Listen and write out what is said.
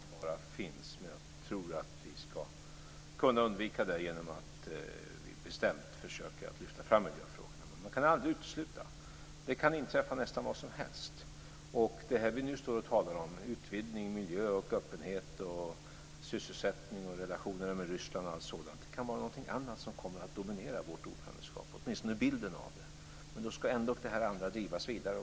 Fru talman! En sådan fara finns, men jag tror att vi ska kunna undvika det genom att vi bestämt försöker att lyfta fram miljöfrågorna. Det går aldrig att utesluta. Det kan inträffa nästan vad som helst. Det vi nu står och talar om, utvidgning, miljö, öppenhet, sysselsättning, relationer med Ryssland och allt sådant, kan komma att dominera vårt ordförandeskap - åtminstone bilden. Nu ska ändock det andra drivas vidare.